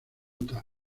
utah